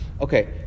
Okay